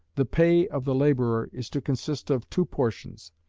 the pay of the labourer is to consist of two portions,